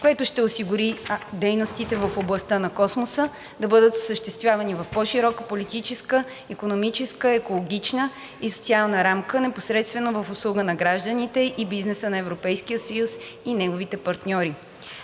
което ще осигури дейностите в областта на Космоса да бъдат осъществявани в по-широка политическа, икономическа, екологична и социална рамка, непосредствено в услуга на гражданите и бизнеса на Европейския съюз и неговите партньори.